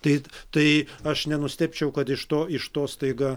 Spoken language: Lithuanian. tai tai aš nenustebčiau kad iš to iš to staiga